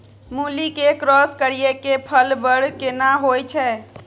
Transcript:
मूली के क्रॉस करिये के फल बर केना होय छै?